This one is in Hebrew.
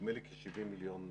נדמה לי כ-70 מיליון שקלים,